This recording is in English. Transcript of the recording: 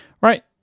Right